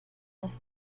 dass